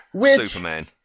Superman